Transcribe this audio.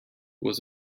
was